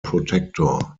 protector